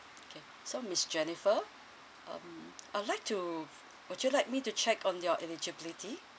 okay so miss jennifer um I'd like to would you like me to check on your eligibility